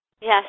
Yes